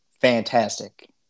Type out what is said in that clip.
fantastic